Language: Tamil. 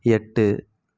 எட்டு